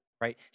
right